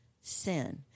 sin